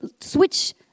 switch